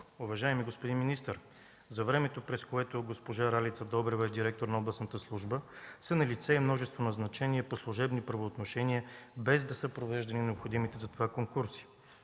Уважаеми господин министър, за времето, за което госпожа Ралица Добрева е директор на Областната служба, са налице и множество назначения по служебни правоотношения, без да са провеждани необходимите за това конкурси.